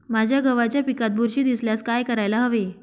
माझ्या गव्हाच्या पिकात बुरशी दिसल्यास काय करायला हवे?